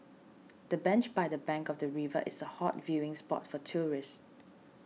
the bench by the bank of the river is a hot viewing spot for tourists